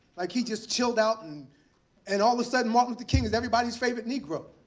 like he just chilled out. and and all of a sudden, martin luther king is everybody's favorite negro.